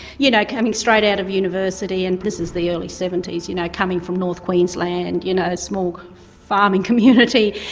you know, coming straight out of university, and this is the early seventy s, you know coming from north queensland and you know a small farming community,